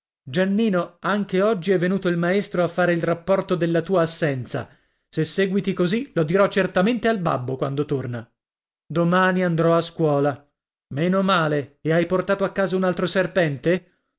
giannino anche oggi è venuto il maestro a fare il rapporto della tua assenza se seguiti così lo dirò certamente al babbo quando torna domani andrò a scuola meno male e hai portato a casa un altro serpente